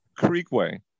Creekway